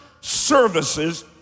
services